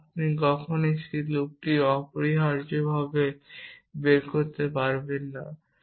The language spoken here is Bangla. এবং আপনি কখনই সেই লুপটি অপরিহার্যভাবে বের করতে পারবেন না